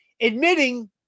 admitting